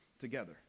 together